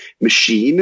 machine